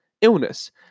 illness